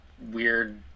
weird